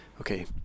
okay